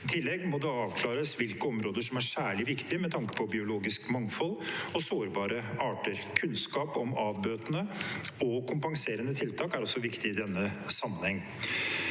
I tillegg må det avklares hvilke områder som er særlig viktige med tanke på biologisk mangfold og sårbare arter. Kunnskap om avbøtende og kompenserende tiltak er også viktig i denne sammenheng.